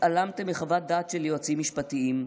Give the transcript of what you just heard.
התעלמתם מחוות דעת של יועצים משפטיים,